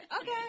Okay